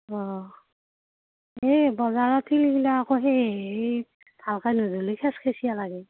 অঁ এই বজাৰত তিলগিলা আকৌ সেই ভালকৈ নুধুলি খেচখেচিয়া লাগে